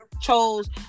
chose